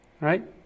Right